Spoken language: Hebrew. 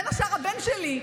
בין השאר הבן שלי,